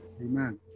amen